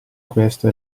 questo